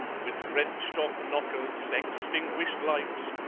with wrenched-off knockers, extinguished lights,